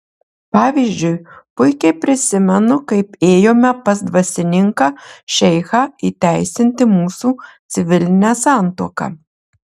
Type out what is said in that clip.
pavyzdžiui puikiai prisimenu kaip ėjome pas dvasininką šeichą įteisinti mūsų civilinę santuoką